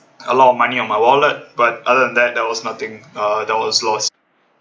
a lot of money on my wallet but other than that there was nothing uh that was lost